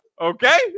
Okay